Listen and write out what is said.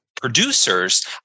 producers